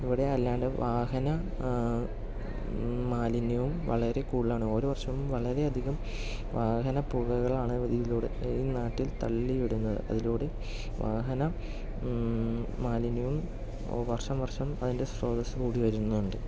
ഇവിടെ അല്ലാണ്ട് വാഹന മാലിന്യവും വളരെ കൂടുതലാണ് ഓരോ വർഷവും വളരെ അധികം വാഹന പുകകളാണ് ഇതിലൂടെ ഈ നാട്ടിൽ തള്ളി വിടുന്നത് അതിലൂടെ വാഹനം മാലിന്യവും വർഷം വർഷം അതിൻ്റെ സ്രോതസ് കൂടി വരുന്നുണ്ട്